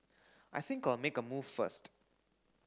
I think I'll make a move first